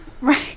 Right